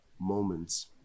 moments